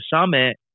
summit